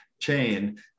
chain